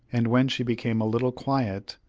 and when she became a little quiet,